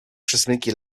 przesmyki